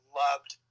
loved